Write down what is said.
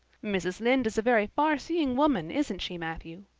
mrs. lynde is a very farseeing woman, isn't she, matthew?